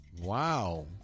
Wow